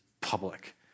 public